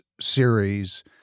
series